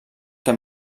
que